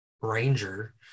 ranger